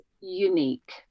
unique